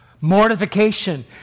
mortification